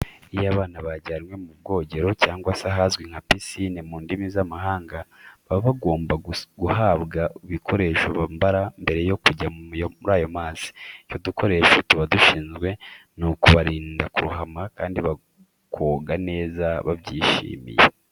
Iyo abana bajyanwe mu bwogero cyangwa se ahazwi nka pisine mu ndimi z'amahanga, baba bagomba guhabwa udukoresho bambara mbere yo kujya muri ayo mazi. Icyo utu dukoresho tuba dushinzwe ni ukubarinda kurohama kandi bakoga neza babyishimiye.